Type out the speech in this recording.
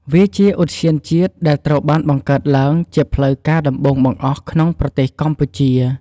វាជាឧទ្យានជាតិដែលត្រូវបានបង្កើតឡើងជាផ្លូវការដំបូងបង្អស់ក្នុងប្រទេសកម្ពុជា។